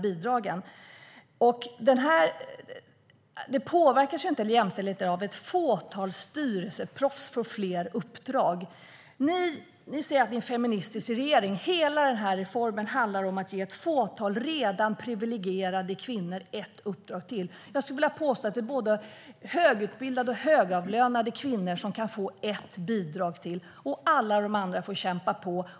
Jämställdheten påverkas inte av att ett fåtal styrelseproffs får fler uppdrag. Ni säger att ni är en feministisk regering. Hela reformen handlar om att ge ett fåtal redan privilegierade kvinnor ett uppdrag till. Jag skulle vilja påstå att både högutbildade och högavlönade kvinnor kan få ett bidrag till, och alla de andra får kämpa på.